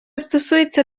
стосується